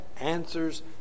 answers